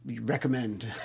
recommend